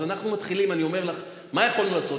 אז אנחנו מתחילים, אני אומר לך, מה יכולנו לעשות?